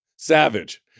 Savage